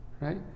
right